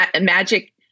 Magic